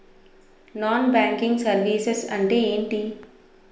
Non banking services అంటే ఎంటి?